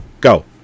Go